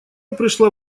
пришла